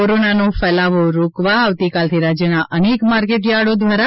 કોરોનાનો ફેલાવો રોકવા આવતીકાલથી રાજ્યનાં અનેક માર્કેટયાર્ડો દ્વારા